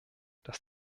dass